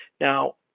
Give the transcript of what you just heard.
Now